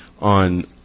on